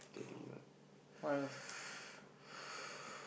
daily one